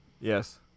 Yes